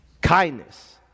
kindness